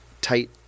tight